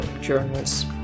journals